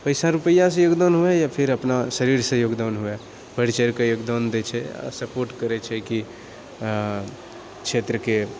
पइसा रुपैआसँ योगदान हुअए या फेर अपना शरीरसँ योगदान हुअए बढ़िचढ़िकऽ योगदान दै छै आओर सपोर्ट करै छै कि क्षेत्रके